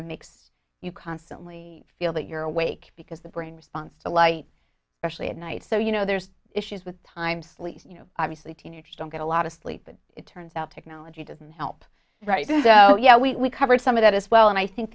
of makes you constantly feel that you're awake because the brain responds to light actually at night so you know there's issues with time sleep you know obviously teenagers don't get a lot of sleep but it turns out technology doesn't help right so yeah we covered some of that as well and i think